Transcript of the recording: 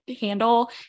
handle